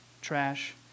trash